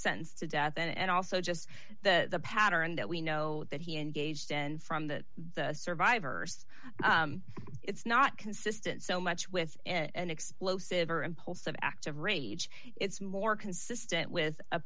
sentenced to death and also just the pattern that we know that he engaged in from that the survivors it's not consistent so much with an explosive or impulsive act of rage it's more consistent with a